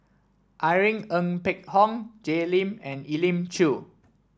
Irene Ng Phek Hoong Jay Lim and Elim Chew